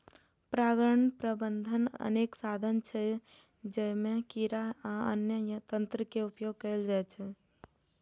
परागण प्रबंधनक अनेक साधन छै, जइमे कीड़ा आ अन्य तंत्र के उपयोग कैल जाइ छै